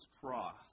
cross